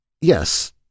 Yes